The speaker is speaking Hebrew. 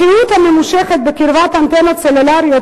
השהות הממושכת בקרבת אנטנות סלולריות